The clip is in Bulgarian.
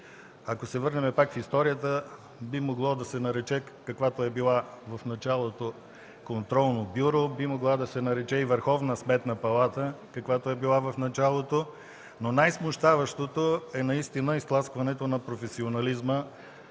Ако се върнем пак в историята, би могло да се нарече каквото е било в началото – Контролно бюро, би могла да се нарече и Върховна сметна палата, каквато е била в началото, но най-смущаващото наистина е изтласкването на професионализма